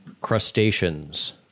crustaceans